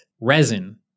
resin